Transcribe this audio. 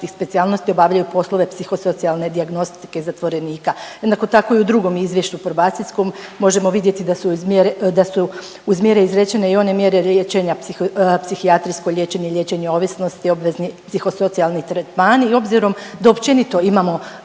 specijalnosti obavljaju poslove psihosocijalne dijagnostike zatvorenika. Jednako tako i u drugom izvješću probacijskom možemo vidjeti da su uz mjere izrečene i one mjere liječenja, psihijatrijsko liječenje i liječenje o ovisnosti i obvezni psihosocijalni tretmani i obzirom da općenito imamo